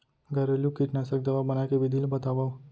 घरेलू कीटनाशी दवा बनाए के विधि ला बतावव?